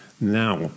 Now